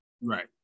Right